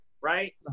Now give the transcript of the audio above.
right